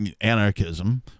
anarchism